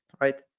right